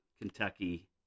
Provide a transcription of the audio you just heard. Kentucky